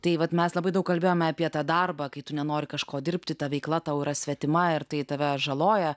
tai vat mes labai daug kalbėjome apie tą darbą kai tu nenori kažko dirbti ta veikla taurą svetima ir tai tave žaloja